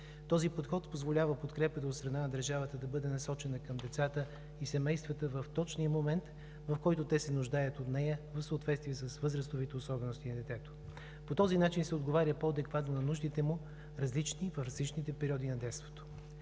Този подход позволява подкрепата от страна на държавата да бъде насочена към децата и семействата в точния момент, в който те се нуждаят от нея, в съответствие с възрастовите особености на детето. По този начин се отговаря по-адекватно на нуждите му в различните периоди на детството.